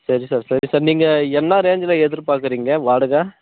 சரி சார் சரி சார் நீங்கள் என்ன ரேஞ்சில் எதிர்பார்க்குறிங்க வாடகை